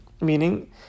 Meaning